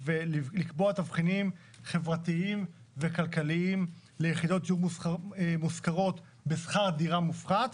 ולקבוע את תבחינים חברתיים וכלכליים ליחידות שמושכרות בשכר דירה מופחת,